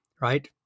right